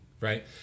right